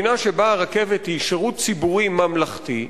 מדינה שבה הרכבת היא שירות ציבורי ממלכתי,